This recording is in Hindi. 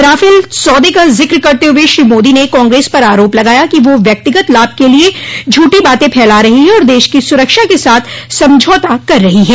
राफेल सौदे का जिक्र करते हुए श्री मोदी ने काग्रेस पर आरोप लगाया कि वह व्यक्तिगत लाभ के लिए झूठी बातें फैला रही है और देश की सुरक्षा के साथ समझौता कर रही है